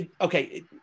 okay